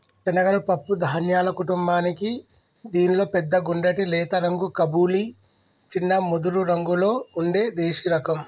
శనగలు పప్పు ధాన్యాల కుటుంబానికీ దీనిలో పెద్ద గుండ్రటి లేత రంగు కబూలి, చిన్న ముదురురంగులో ఉండే దేశిరకం